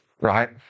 Right